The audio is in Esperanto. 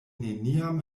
neniam